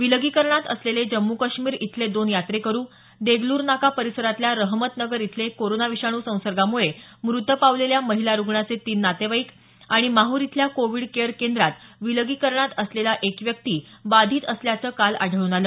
विलगिकरणात असलेले जम्मू काश्मीर इथले दोन यात्रेकरू देगलूर नाका परिसरातल्या रहमतनगर इथले कोरोना विषाणू संसर्गामुळे मुत पावलेल्या महिला रूग्णाचे तीन नातेवाईक आणि माहूर इथल्या कोविड केयर केंद्रात विलगिकरणात असलेला एक व्यक्ती बाधित असल्याचं काल आढळून आलं